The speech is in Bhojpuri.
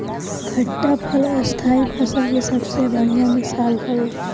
खट्टा फल स्थाई फसल के सबसे बढ़िया मिसाल हवे